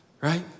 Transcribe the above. right